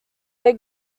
they